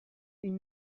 une